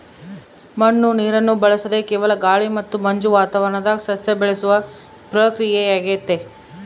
ಮಣ್ಣು ನೀರನ್ನು ಬಳಸದೆ ಕೇವಲ ಗಾಳಿ ಮತ್ತು ಮಂಜು ವಾತಾವರಣದಾಗ ಸಸ್ಯ ಬೆಳೆಸುವ ಪ್ರಕ್ರಿಯೆಯಾಗೆತೆ